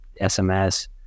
SMS